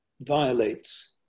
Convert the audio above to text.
violates